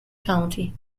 county